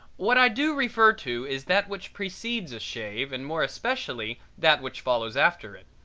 what i do refer to is that which precedes a shave and more especially that which follows after it.